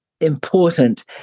important